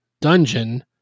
dungeon